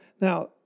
now